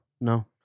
No